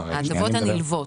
על ההטבות הנלוות.